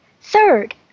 Third